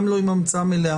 גם לא עם המצאה מלאה,